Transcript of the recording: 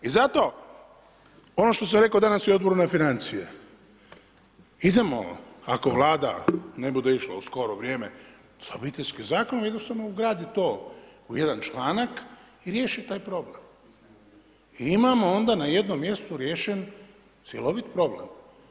I zato ono što sam rekao danas i na Odboru za financije, idemo ako Vlada ne bude išla u skoro vrijeme sa Obiteljskim zakonom jednostavno ugraditi to u jedan članak i riješiti problem i imamo onda na jednom mjestu riješen cjelovit problem.